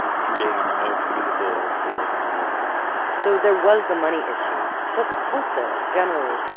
creating the most beautiful art schools in the world so there was the money issue, but also generally,